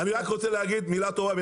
אני רק רוצה להגיד מילה טובה,